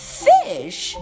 fish